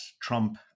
Trump